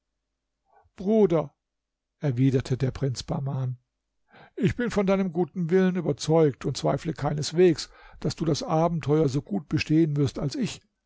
bruder erwiderte der prinz bahman ich bin von deinem guten willen überzeugt und zweifle keineswegs daß du das abenteuer so gut bestehen wirst als ich